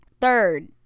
Third